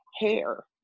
hair